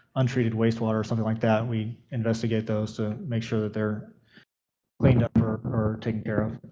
untreated wastewater or something like that, we investigate those to make sure that they're cleaned up or or taken care of.